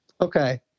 Okay